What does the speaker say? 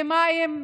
מים,